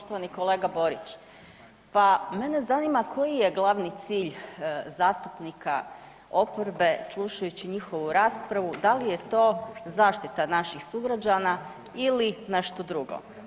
Poštovani kolega Borić, pa mene zanima koji je glavni cilj zastupnika oporbe slušajući njihovu raspravu, da li je to zaštita naših sugrađana ili nešto drugo.